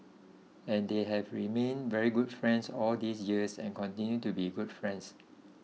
and they have remained very good friends all these years and continue to be good friends